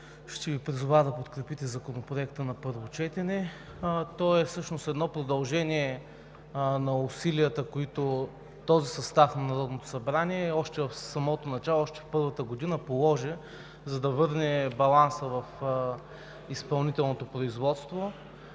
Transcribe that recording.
ще Ви призова да подкрепите Законопроекта на първо четене. Той всъщност е едно продължение на усилията, които този състав на Народното събрание още в самото начало, още в първата година положи, за да върне баланса в изпълнителното производство